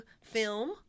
film